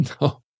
no